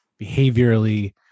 behaviorally